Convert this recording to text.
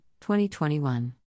2021